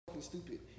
stupid